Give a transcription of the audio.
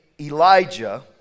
Elijah